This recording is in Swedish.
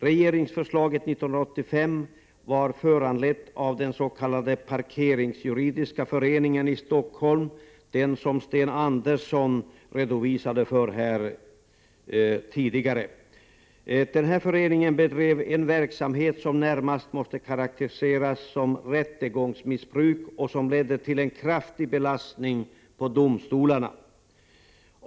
Regeringsförslaget 1985 var föranlett av att Parkeringsjuridiska föreningen i Stockholm, som Sten Andersson i Malmö talade om tidigare, bedrev en verksamhet som närmast måste karakteriseras som rättegångsmissbruk och som ledde till en kraftig belastning på domstolarna.